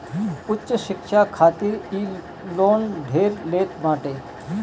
उच्च शिक्षा खातिर इ लोन ढेर लेत बाटे